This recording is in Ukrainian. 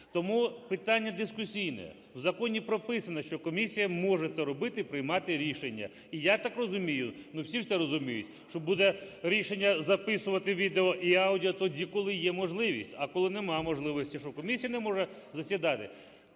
Тому питання дискусійне. В законі прописано, що комісія може це робити і приймати рішення. І я так розумію, ну, всі ж це розуміють, що буде рішення записувати відео і аудіо тоді, коли є можливість, а коли нема можливості, що, комісія не може засідати?